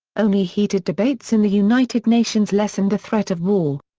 only heated debates in the united nations lessened the threat of war.